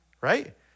Right